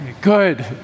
Good